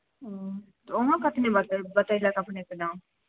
ओ तऽ वहाॅं कतनी बतैलक अपनेकेॅं दाम